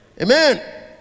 Amen